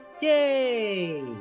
Yay